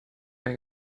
mehr